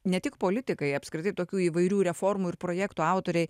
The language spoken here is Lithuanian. ne tik politikai apskritai tokių įvairių reformų ir projektų autoriai